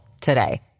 today